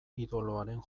idoloaren